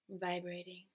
vibrating